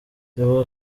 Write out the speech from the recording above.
ivuga